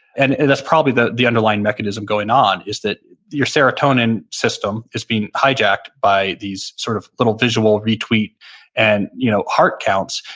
and that's probably the the underlying mechanism going on is that your serotonin system is being hijacked by these sort of little visual retweet and you know heart counts.